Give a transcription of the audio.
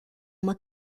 uma